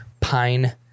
Pine